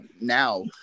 now